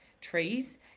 trees